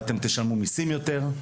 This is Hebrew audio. ואתם תשלמו מיסים יותר,